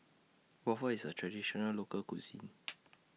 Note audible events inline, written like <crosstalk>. Waffle IS A Traditional Local Cuisine <noise>